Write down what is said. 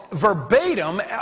verbatim